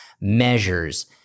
measures